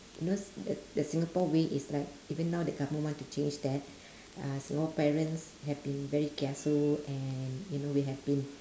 you know s~ the the singapore way is like even now the government want to change that uh more parents have been very kiasu and you know we have been